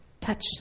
touch